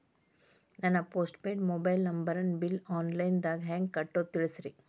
ನನ್ನ postpaid mobile ನಂಬರನ್ನು bill online ದಾಗ ಹೆಂಗ್ ಕಟ್ಟೋದು ತಿಳಿಸ್ರಿ